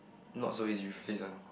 not so easy to replace one